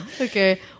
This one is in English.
Okay